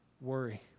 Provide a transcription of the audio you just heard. worry